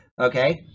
okay